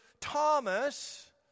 Thomas